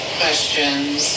questions